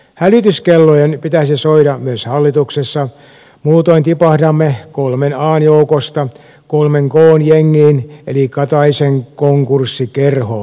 hälytyskellojen pitäisi soida myös hallituksessa muutoin tipahdamme kolmen an joukosta kolmen kn jengiin eli kataisen konkurssikerhoon